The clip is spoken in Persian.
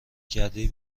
کردی